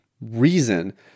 reason